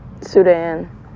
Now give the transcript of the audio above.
Sudan